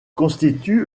constitue